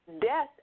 Death